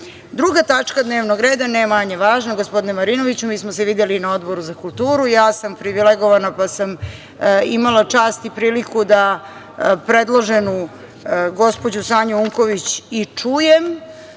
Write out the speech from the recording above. tačka dnevnog reda, ne manje važna, gospodine Marinoviću, mi smo se videli na Odboru za kulturu. Ja sam privilegovana, pa sam imala čast i priliku da predloženu gospođu Sanju Unković i čujem